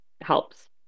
helps